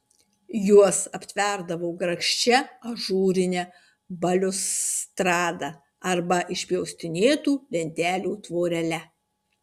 juos aptverdavo grakščia ažūrine baliustrada arba išpjaustinėtų lentelių tvorele